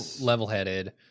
level-headed